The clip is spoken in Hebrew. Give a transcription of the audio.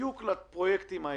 בדיוק לפרויקטים האלה.